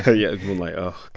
ah yeah, moonlight, oh